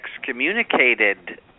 excommunicated